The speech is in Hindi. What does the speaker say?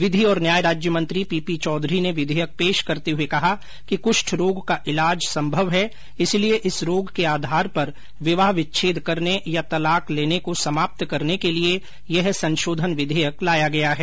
विधि और न्याय राज्यमंत्री पीपी चौधरी ने विधेयक पेश करते हुए कहा कि कृष्ठ रोग का इलाज संभव है इसलिए इस रोग के आधार पर विवाह विच्छेद करने या तलाक लेने को समाप्त करने के लिए यह संशोधन विधेयक लाया गया है